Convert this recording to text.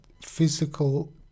physical